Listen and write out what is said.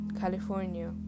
California